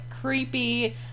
creepy